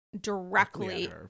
directly